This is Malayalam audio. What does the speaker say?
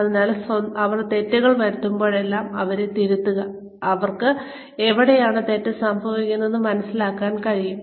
അതിനാൽ അവർ തെറ്റുകൾ വരുത്തുമ്പോഴെല്ലാം അവരെ തിരുത്തുക അങ്ങനെ അവർക്ക് എവിടെയാണ് തെറ്റ് സംഭവിക്കുന്നതെന്ന് മനസ്സിലാക്കാൻ കഴിയും